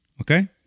Okay